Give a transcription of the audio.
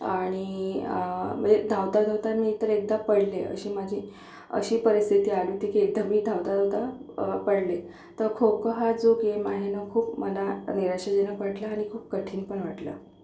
आणि म्हणजे धावता धावता मी तर एकदा पडले अशी माझी अशी परिस्थिती आली होती की एकदा मी धावता धावता पडले तर खो खो हा जो गेम आहे ना खूप मला निराशाजनक वाटला आणि खूप कठीण पण वाटला